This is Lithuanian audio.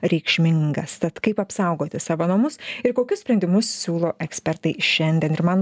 reikšmingas tad kaip apsaugoti savo namus ir kokius sprendimus siūlo ekspertai šiandien ir man